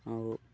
ଆଉ